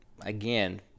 again